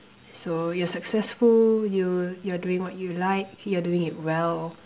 so you're successful you you're doing what you like you're doing it well